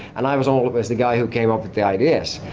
and i was always the guy who came up with the ideas.